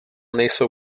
nejsou